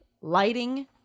lighting